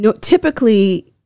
Typically